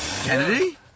Kennedy